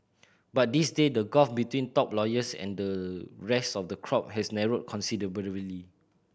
but these day the gulf between top lawyers and the rest of the crop has narrowed considerably